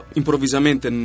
improvvisamente